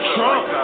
Trump